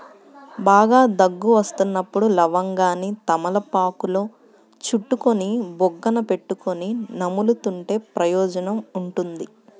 బాగా దగ్గు వస్తున్నప్పుడు లవంగాన్ని తమలపాకులో చుట్టుకొని బుగ్గన పెట్టుకొని నములుతుంటే ప్రయోజనం ఉంటుంది